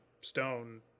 stone